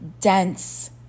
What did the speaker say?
dense